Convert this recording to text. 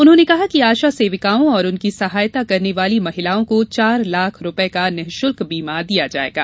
उन्होंने कहा कि आशा सेविकाओं और उनकी सहायता करने वाली महिलाओं को चार लाख रुपए का निःशुल्क बीमा दिया जाएगा